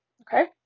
okay